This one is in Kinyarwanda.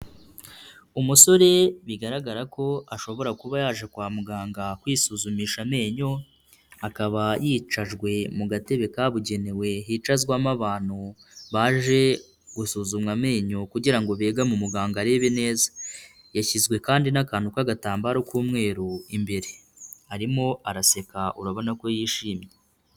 Umusore bigaragara ko ashobora kuba yaje kwa muganga kwisuzumisha amenyo, akaba yicajwe mu gatebe kabugenewe kicazwamo abantu baje gusuzumwa amenyo kugira ngo begeme muganga arebe neza, yashyizwe kandi n'akantu k'agatambaro k'umweru imbere, arimo araseka urabona ko yishimye.